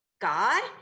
God